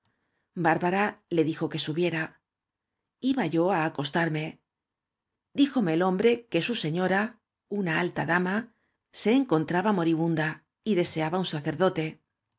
bárbara le dijo que subiera iba yo á acostarme díjome el hom bre que su seuora uoa alta dam a se encontra ba moribunda y deseaba ua sacerdote